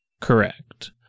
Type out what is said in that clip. Correct